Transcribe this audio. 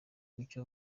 kucyo